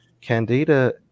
Candida